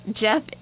Jeff